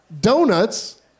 Donuts